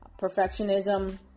Perfectionism